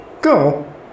Go